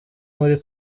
muri